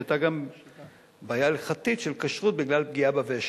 שהיתה גם בעיה הלכתית של כשרות בגלל פגיעה בוושט,